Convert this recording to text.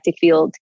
field